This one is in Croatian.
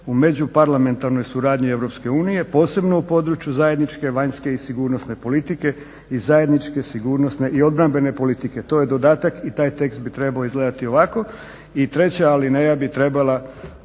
u međuparlamentarnoj suradnji EU posebno u području zajedničke vanjske i sigurnosne politike i zajedničke sigurnosne i obrambene politike." To je dodatak i taj tekst bi trebao izgledati ovako. I treća alineja bi trebala